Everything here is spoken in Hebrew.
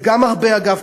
גם זה הרבה, אגב.